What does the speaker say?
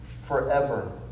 forever